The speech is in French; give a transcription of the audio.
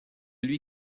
lui